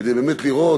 כדי באמת לראות,